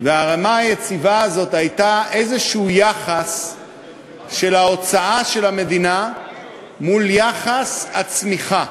והרמה היציבה הזאת הייתה יחס כלשהו של ההוצאה של המדינה מול יחס הצמיחה.